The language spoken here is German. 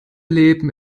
leben